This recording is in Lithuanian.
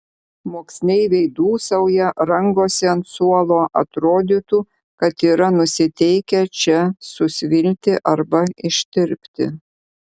moksleiviai dūsauja rangosi ant suolo atrodytų kad yra nusiteikę čia susvilti arba ištirpti